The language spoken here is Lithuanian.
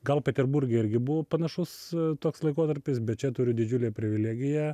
gal peterburge irgi buvo panašus toks laikotarpis bet čia turiu didžiulę privilegiją